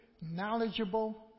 knowledgeable